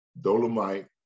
Dolomite